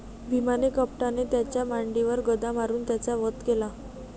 भीमाने कपटाने त्याच्या मांडीवर गदा मारून त्याचा वध केला